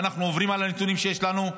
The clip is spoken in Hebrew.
ואנחנו עוברים על הנתונים שיש לנו,